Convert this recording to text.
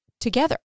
together